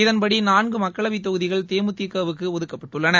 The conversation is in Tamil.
இதன்படி நான்கு மக்களவை தொகுதிகள் தேமுதிகவுக்கு ஒதுக்கப்பட்டுள்ளன